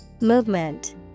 Movement